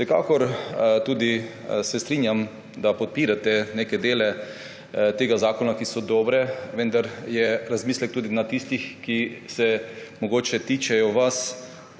Vsekakor se strinjam, da podpirate neke dele tega zakona, ki so dobri, vendar je razmislek tudi na tistih, ki se mogoče tičejo vas,